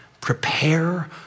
Prepare